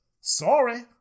Sorry